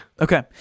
Okay